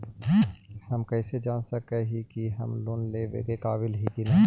हम कईसे जान सक ही की हम लोन लेवेला काबिल ही की ना?